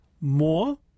more